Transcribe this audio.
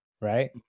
right